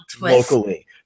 locally